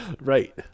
Right